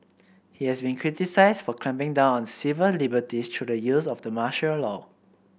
he has been criticised for clamping down on civil liberties through the use of the martial law